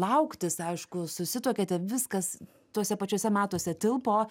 lauktis aišku susituokėte viskas tuose pačiuose metuose tilpo